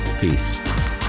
Peace